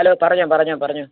hello പറഞ്ഞോ പറഞ്ഞോ പറഞ്ഞോ